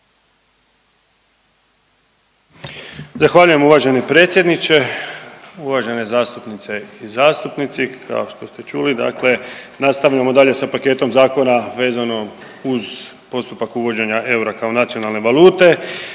Zahvaljujem uvaženi predsjedniče, uvažene zastupnice i zastupnici, kao što ste čuli, dakle nastavljamo dalje sa paketom zakona vezano uz postupak uvođenja eura kao nacionalne valute,